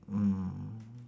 mm